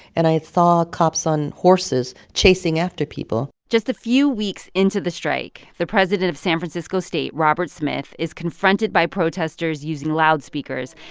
and i saw cops on horses chasing after people just a few weeks into the strike, the president of san francisco state, robert smith, is confronted by protesters using loudspeakers,